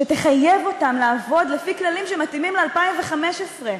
שתחייב אותם לעבוד לפי כללים שמתאימים ל-2015,